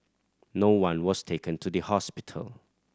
no one was taken to the hospital